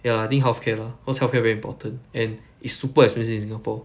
ya I think healthcare lah cause healthcare very important and it's super expensive in singapore